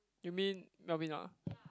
you mean Melvin ah